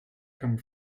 come